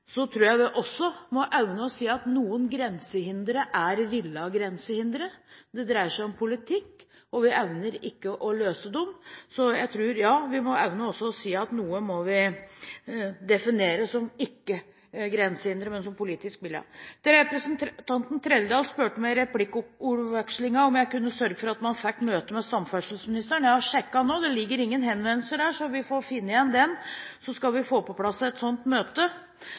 tror vi også må evne å se at noen grensehindre er villet – det dreier seg om politikk – og vi evner ikke å løse dem. Jeg tror vi må evne også å si at noe må vi definere som ikke grensehindre, men som politisk villet. Representanten Trældal spurte meg i replikkordvekslingen om jeg kunne sørge for at man fikk et møte med samferdselsministeren. Jeg har sjekket nå, og det ligger ingen henvendelser der. Vi får finne igjen den, så skal vi få på plass et sånt møte.